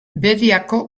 bediako